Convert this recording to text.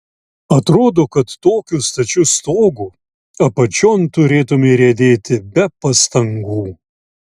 atrodo kad tokiu stačiu stogu apačion turėtumei riedėti be pastangų